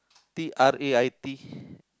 T R A I T